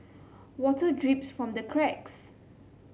water drips from the cracks